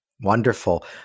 Wonderful